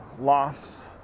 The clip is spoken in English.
Lofts